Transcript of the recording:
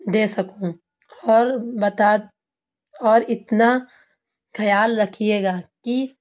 دے سکوں اور بتا اور اتنا خیال رکھیے گا کہ